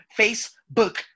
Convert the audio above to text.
Facebook